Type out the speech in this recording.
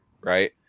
right